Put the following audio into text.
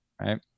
Right